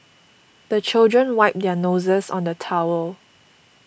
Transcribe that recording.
the children wipe their noses on the towel